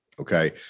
Okay